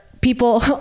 people